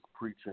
preaching